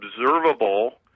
observable